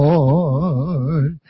Lord